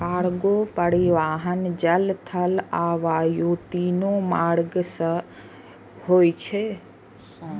cargo परिवहन जल, थल आ वायु, तीनू मार्ग सं होय छै